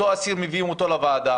את אותו אסיר מביאים לוועדה,